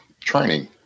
training